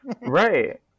Right